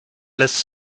lässt